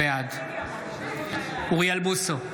בעד אוריאל בוסו,